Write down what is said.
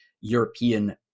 European